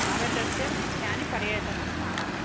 भारतस्य मुख्यानि पर्यटनस्थानानि